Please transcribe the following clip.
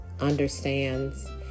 understands